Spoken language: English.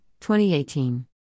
2018